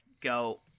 go